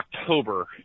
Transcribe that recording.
October